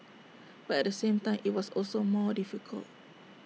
but at the same time IT was also more difficult